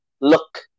look